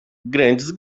grandes